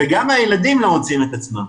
וגם הילדים לא מוצאים את עצמם.